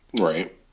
right